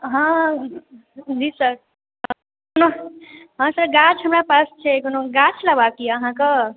हाँ जी सर हाँ सर गाछ हमरा पास छै कोनो गाछ लेबाके अइ अहाँके